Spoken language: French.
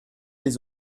les